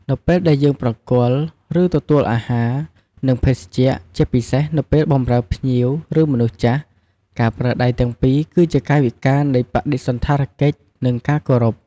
នៅពេលដែលយើងប្រគល់ ឬទទួលអាហារ និងភេសជ្ជៈ ជាពិសេសនៅពេលបម្រើភ្ញៀវ ឬមនុស្សចាស់ ការប្រើដៃទាំងពីរគឺជាកាយវិការនៃបដិសណ្ឋារកិច្ច និងការគោរព។